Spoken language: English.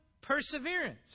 perseverance